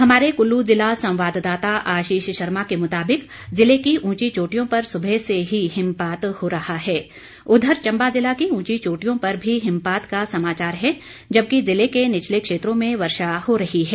हमारे कुल्लू संवाददाता आशीष के मुताबिक जिले की ऊंची चोटियों पर सुबह से ही हिमपात हो रहा है उधर चंबा जिला की ऊंची चोटियों पर भी हिमपात का समाचार है जबकि जिले के निचले क्षेत्रों में वर्षा हो रही है